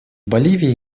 боливии